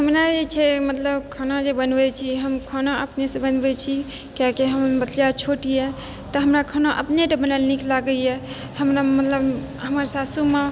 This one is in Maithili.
हमरा जे छै मतलब खाना जे बनबय छियै हम खाना अपनेसँ बनबय छी किएक कि हमर बचिया छोट यऽ तऽ हमरा खाना अपने टा बनायल नीक लागइए हमरा मतलब हमर सासु माँ